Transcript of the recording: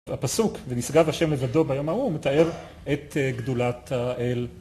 הפסוק, ונשגב השם לבדו ביום ההוא, הוא מתאר את גדולת האל.